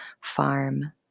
farm